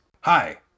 hi